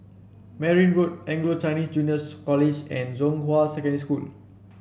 Merryn Road Anglo Chinese Juniors College and Zhonghua Secondary School